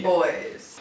Boys